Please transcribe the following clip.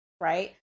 right